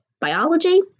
Biology